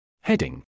Heading